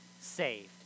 saved